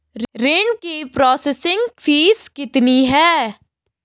ऋण की processing fees कितनी है?